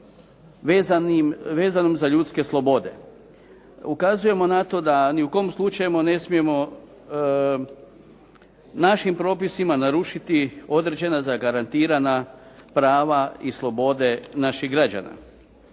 vezanom za ljudske slobode. Ukazujemo na to da ni u kom slučajevima ne smijemo našim propisima narušiti određena zagarantirana prava i slobode naših građana.